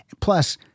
Plus